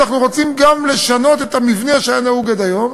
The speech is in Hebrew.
אנחנו רוצים גם לשנות את המבנה שהיה נהוג עד היום,